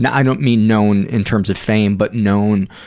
and i don't mean known in terms of fame, but known,